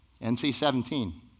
NC-17